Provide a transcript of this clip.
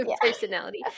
personality